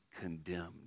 condemned